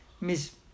Miss